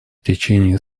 течение